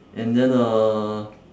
and then uh